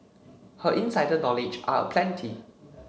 her insider knowledge are aplenty